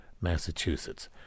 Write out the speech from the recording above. Massachusetts